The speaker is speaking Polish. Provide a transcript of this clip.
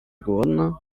głodna